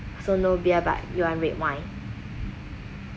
so no beer but you want red wine